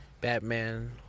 Batman